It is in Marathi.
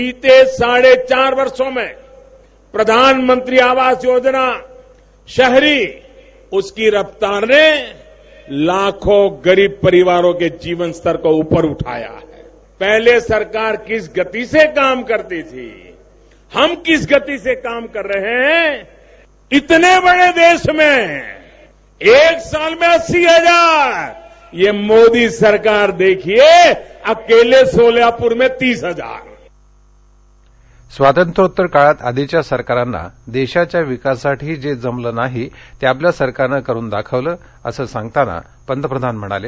विते साडे चार वर्षों में प्रधानमंत्री आवास योजना शहरी उसकी रफ्तार ने लाखों गरीब परिवारों के जीवनस्तर को उपर उठाया पहले सरकार किस गती से काम करती थी हम किस गती से काम कर रहें हैं इतने बडे देश में एक साल में अस्सी हजार ये मोदी सरकार देखिये अकेले सोलापूर में तीस हजार स्वातंत्र्योत्तर काळात आधीच्या सरकारांना देशाच्या विकासासाठी जे जमलं नाही ते आपल्या सरकारनं करून दाखवलं असं सांगताना पंतप्रधान म्हणाले